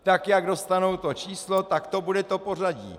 Tak jak dostanou to číslo, tak to bude to pořadí.